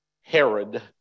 Herod